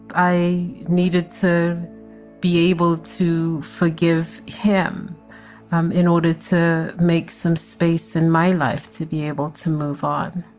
i needed to be able to forgive him um in order to make some space in my life to be able to move on